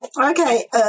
okay